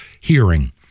hearing